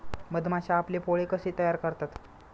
मधमाश्या आपले पोळे कसे तयार करतात?